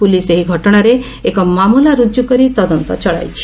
police ଏହି ଘଟଣାରେ ଏକ ମାମଲା ରୁଜୁ କରି ତଦନ୍ତ ଚଳାଇଛି